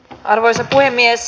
arvoisa puhemies